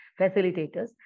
facilitators